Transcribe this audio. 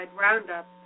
Roundup